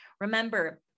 Remember